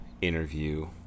interview